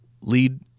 lead